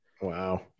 wow